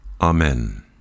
Amen